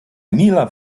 emila